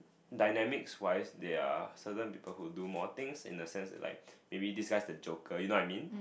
dynamics wise there are certain people who do more things in the sense that like maybe this guy is the joker you know what I mean